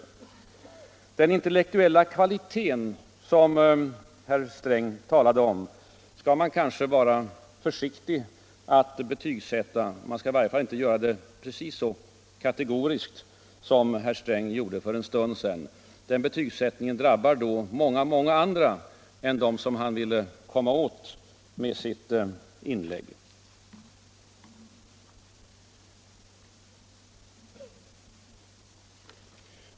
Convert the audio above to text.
Den intellektuella kvaliteten, som herr Sträng talade om, skall man kanske vara försiktig att betygsätta. Man skall i varje fall inte göra det så kategoriskt som herr Sträng gjorde för en stund sedan. Den betygsättningen drabbar då många andra än dem som han ville komma åt.